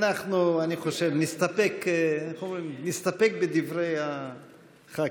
אני חושב שאנחנו נסתפק בדברי הח"כים.